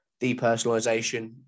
Depersonalization